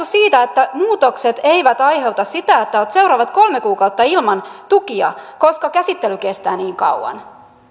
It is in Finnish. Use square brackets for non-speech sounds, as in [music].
[unintelligible] siitä että muutokset eivät aiheuta sitä että olet seuraavat kolme kuukautta ilman tukia koska käsittely kestää niin kauan